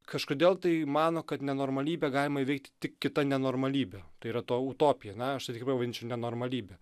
kažkodėl tai mano kad nenormalybę galima įveikti tik kita nenormalybe tai yra ta utopija na aš tai tikrai vadinčiau nenormalybe